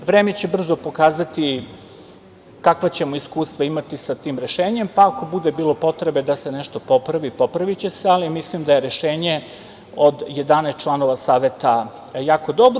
Vreme će brzo pokazati kakva ćemo iskustva imati sa tim rešenjem, pa ako bude bilo potrebe da se nešto popravi, popraviće se, ali mislim da je rešenje od 11 članova Saveta jako dobro.